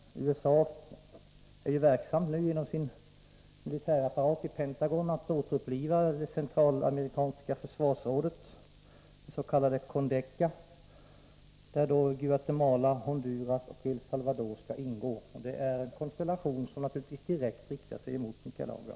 USA är nu verksamt genom sin militärapparat i Pentagon för att återuppliva det centralamerikanska försvarsrådet, det s.k. CONDECA, där Guatemala, Honduras och El Salvador skall ingå. Det är en konstellation som naturligtvis riktar sig direkt mot Nicaragua.